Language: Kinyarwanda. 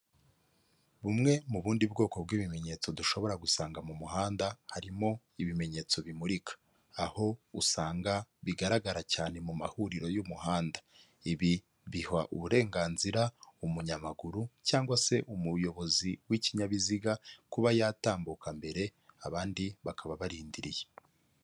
Bumwe mu bundi bwoko bw'ibimenyetso dushobora gusanga mu muhanda harimo ibimenyetso bimurika. Aho usanga bigaragara cyane mu mahuriro y'umuhanda. Ibi biha uburenganzira umunyamaguru cyangwa se umuyobozi w'ikinyabiziga kuba yatambuka mbere abandi bakaba barindiriye.